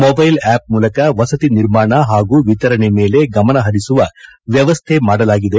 mobile app ಮೂಲಕ ವಸತಿ ನಿರ್ಮಾಣ ಪಾಗೂ ವಿತರಣೆ ಮೇಲೆ ಗಮನ ಪರಿಸುವ ವ್ಯವಸ್ಥೆ ಮಾಡಲಾಗಿದೆ